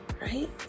Right